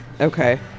Okay